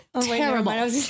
terrible